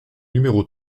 numéro